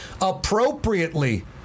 Appropriately